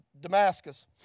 Damascus